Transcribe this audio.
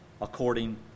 according